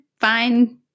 fine